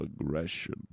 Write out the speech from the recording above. aggression